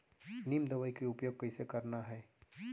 नीम दवई के उपयोग कइसे करना है?